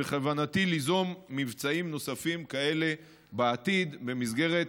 בכוונתי ליזום מבצעים נוספים כאלה בעתיד במסגרת